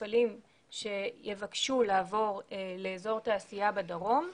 מפעלים שיבקשו לעבור לאזור תעשייה בדרום,